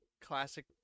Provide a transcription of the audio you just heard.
classic